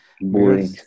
Boring